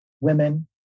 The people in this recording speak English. women